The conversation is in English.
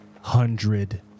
hundred